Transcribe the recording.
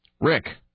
Rick